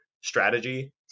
strategy